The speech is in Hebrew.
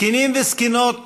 זקנים וזקנות